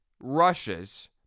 rushes